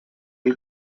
del